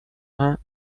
vingt